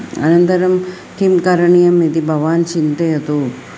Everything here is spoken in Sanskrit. अनन्तरं किं करणीयम् इति भवान् चिन्तयतु